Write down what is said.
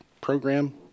program